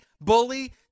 Bully